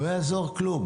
לא יעזור כלום.